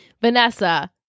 Vanessa